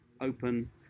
open